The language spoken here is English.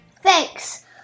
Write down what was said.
Thanks